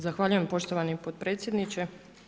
Zahvaljujem poštovani potpredsjedniče.